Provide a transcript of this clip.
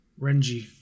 Renji